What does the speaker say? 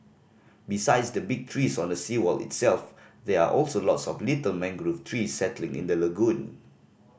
besides the big trees on the seawall itself there are also lots of little mangrove trees settling in the lagoon